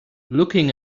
looking